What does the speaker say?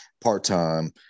part-time